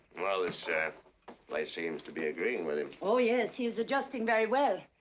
well, this place seems to be agreeing with him. oh, yes. he's adjusting very well.